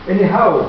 Anyhow